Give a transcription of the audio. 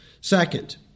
Second